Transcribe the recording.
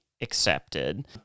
accepted